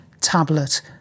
tablet